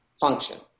function